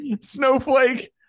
snowflake